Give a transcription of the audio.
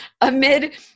Amid